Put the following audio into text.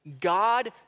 God